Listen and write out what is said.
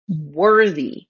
worthy